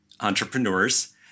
entrepreneurs